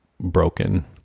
broken